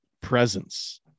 presence